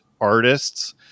artists